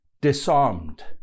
disarmed